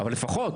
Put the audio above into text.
אבל לפחות,